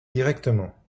directement